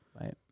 right